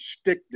stick